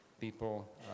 people